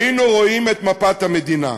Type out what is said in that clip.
היינו רואים את מפת המדינה.